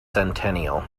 centennial